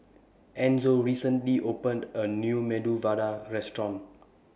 Enzo recently opened A New Medu Vada Restaurant